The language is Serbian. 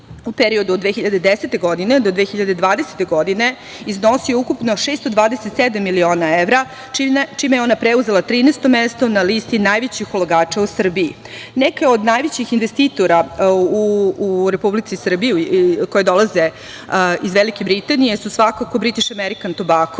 u periodu od 2010. godine do 2020. godine, iznosi ukupno 627 miliona evra čime je ona preuzela 13 mesto na listi najvećih ulagača u Srbiji. Neka od najvećih investitora u Republici Srbiji koje dolaze iz Velike Britanije su svakako British American Tobacco